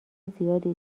زیادی